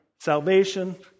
salvation